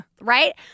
right